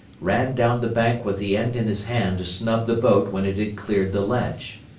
ran down the bank with the end in his hand to snub the boat when it had cleared the ledge.